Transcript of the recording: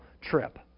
trip